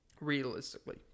Realistically